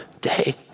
day